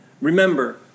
Remember